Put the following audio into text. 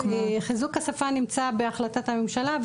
חיזוק השפה נמצא בהחלטת הממשלה.